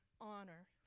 honor